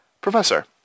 Professor